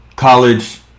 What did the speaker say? college